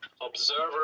observer